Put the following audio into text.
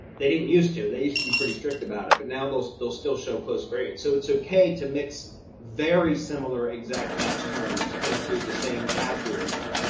they didn't use to they used to be pretty strict about it. but now those those still show close variants, so it's okay to mix very similar exact match terms into the same ad group now.